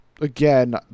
again